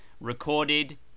Recorded